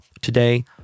today